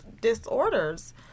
disorders